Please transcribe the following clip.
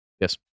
Yes